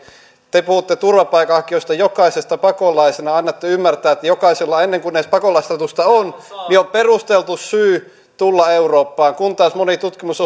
te puhutte turvapaikanhakijoista jokaisesta pakolaisena annatte ymmärtää että jokaisella ennen kuin edes pakolaisstatusta on on perusteltu syy tulla eurooppaan kun taas moni tutkimus